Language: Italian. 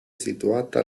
situata